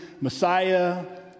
Messiah